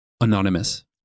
Anonymous